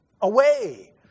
away